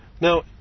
Now